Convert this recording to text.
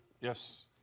Yes